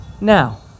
now